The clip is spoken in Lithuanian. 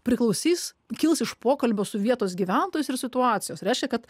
priklausys kils iš pokalbio su vietos gyventojais ir situacijos reiškia kad